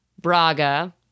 Braga